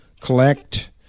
collect